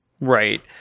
Right